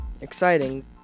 exciting